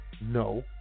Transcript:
No